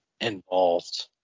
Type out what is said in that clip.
involved